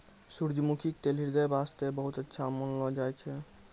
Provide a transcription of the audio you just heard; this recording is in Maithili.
सूरजमुखी के तेल ह्रदय वास्तॅ बहुत अच्छा मानलो जाय छै